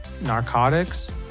narcotics